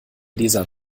dieser